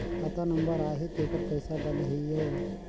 खाता नंबर आही तेकर पइसा डलहीओ?